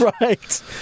Right